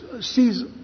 sees